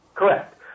Correct